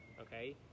Okay